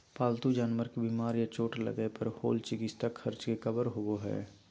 पालतू जानवर के बीमार या चोट लगय पर होल चिकित्सा खर्च के कवर करो हइ